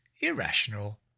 irrational